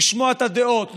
לשמוע את הדעות,